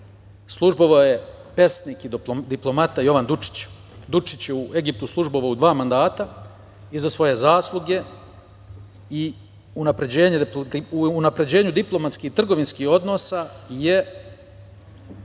službovao je pesnik i diplomata Jovan Dučić. Dučić je u Egiptu službovao dva mandata i za svoje zasluge i unapređenju diplomatskih, trgovinskih odnosa je